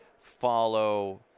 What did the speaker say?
follow